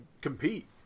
compete